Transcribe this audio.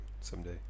someday